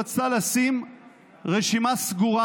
דעת המיעוט רצתה לשים רשימה סגורה